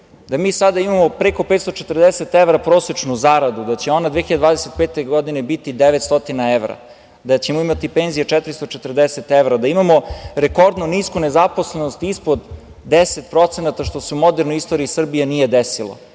Da mi sada imamo preko 540 evra prosečnu zaradu, da će ona 2025. godine biti 900 evra, da ćemo imati penzije 440 evra, da imamo rekordno nisku nezaposlenost ispod 10% što se u modernoj istoriji Srbije nije desilo.